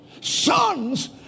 Sons